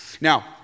Now